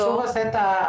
-- אני שוב אעשה את ההפרדה.